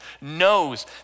knows